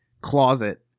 closet